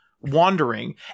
wandering